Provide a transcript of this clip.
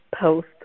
post